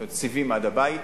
זאת אומרת סיבים עד הבית,